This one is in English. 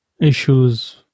issues